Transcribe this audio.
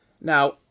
Now